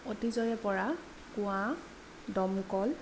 অতীজৰে পৰা কুঁৱা দমকল